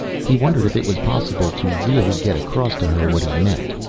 he wondered if it was possible to really get across to her what he meant.